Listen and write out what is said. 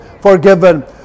forgiven